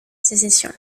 sécession